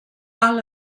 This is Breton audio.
all